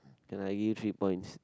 then I give three points